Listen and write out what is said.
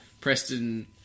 Preston